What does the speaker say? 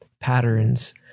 patterns